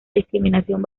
discriminación